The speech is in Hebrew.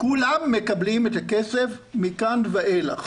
כולם מקבלים את הכסף מכאן ואילך.